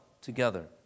together